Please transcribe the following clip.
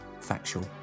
factual